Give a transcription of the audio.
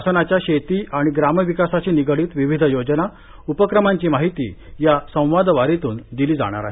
शासनाच्या शेती आणि ग्राम विकासाशी निगडीत विविध योजना उपक्रमांची माहिती या संवाद वारीतून दिली जाणार आहे